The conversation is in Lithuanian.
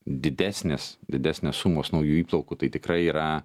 didesnės didesnės sumos naujų įplaukų tai tikrai yra